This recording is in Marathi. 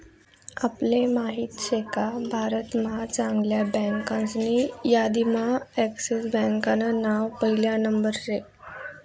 आपले माहित शेका भारत महा चांगल्या बँकासनी यादीम्हा एक्सिस बँकान नाव पहिला नंबरवर शे